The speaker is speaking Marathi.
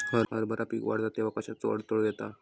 हरभरा पीक वाढता तेव्हा कश्याचो अडथलो येता?